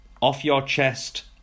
off-your-chest